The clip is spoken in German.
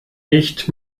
nicht